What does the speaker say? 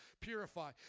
purify